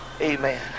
Amen